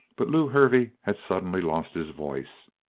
but lew hervey had suddenly lost his voice.